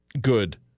Good